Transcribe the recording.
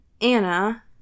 Anna